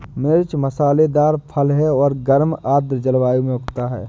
मिर्च मसालेदार फल है और गर्म आर्द्र जलवायु में उगता है